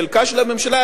חלקה של הממשלה,